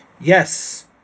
Yes